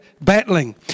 battling